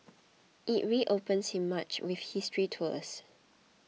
it reopens in March with history tours